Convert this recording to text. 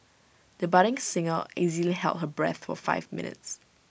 the budding singer easily held her breath for five minutes